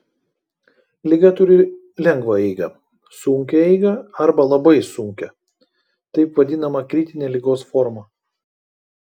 liga turi lengvą eigą sunkią eigą arba labai sunkią taip vadinamą kritinę ligos formą